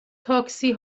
تاکسی